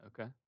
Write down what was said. Okay